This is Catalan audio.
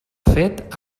fet